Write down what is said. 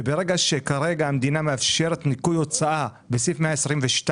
וברגע שהמדינה מאפשרת ניקוי הוצאה, בסעיף 122